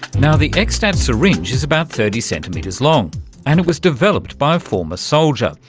now, the xstat syringe is about thirty centimetres long and it was developed by a former soldier.